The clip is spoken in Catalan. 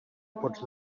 pots